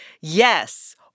yes